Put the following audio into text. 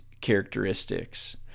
characteristics